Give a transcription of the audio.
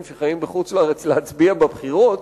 שחיים בחוץ-לארץ להצביע בבחירות,